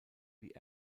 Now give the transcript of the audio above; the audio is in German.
wie